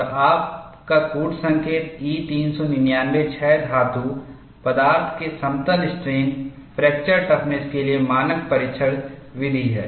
और आपका कूट संकेत E 399 06 धातु पदार्थ के समतल स्ट्रेन फ्रैक्चर टफनेस के लिए मानक परीक्षण विधि है